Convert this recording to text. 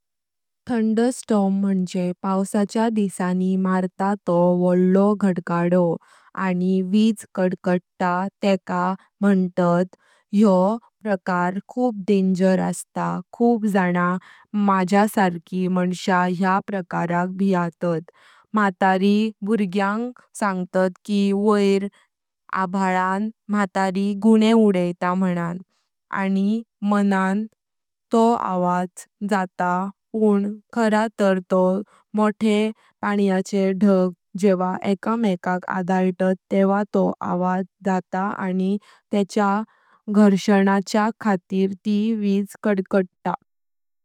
थंडरस्टॉर्म म्हणजे पावसाच्या दिवशी मारता तो मोठा गडगडो आणि वीज कडकडता तेका म्हणतात। यो प्रकार खूप डेंजर असता, खूप जना माझ्या सारकी माणस्या या प्रकाराक भीतात म्हातारी बाळ्यांग सांगतात की वोर आभाळान म्हातारी गुने उडता मानन। आणि मानन तो आवाज जाता पण खरा तर दोन मोठे पाण्याचे ढग जेव्हा एका मेकाक आदलतात तेव्हा तो आवाज जाता आणि तेनच्या घर्षणाच्या खातिर ती वीज कडकडता।